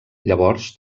llavors